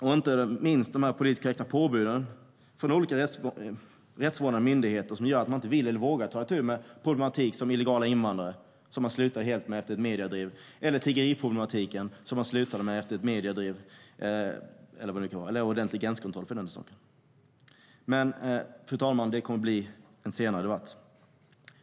Inte minst gäller det de politiskt korrekta påbuden från olika rättsvårdande myndigheter som gör att man inte vill eller vågar ta itu med problematiken med illegala invandrare, vilket man slutade helt med efter ett mediedrev, eller tiggeriproblematiken, vilket man också slutade med efter ett mediedrev, eller frågan om ordentlig gränskontroll. Det blir dock en senare debatt, fru talman.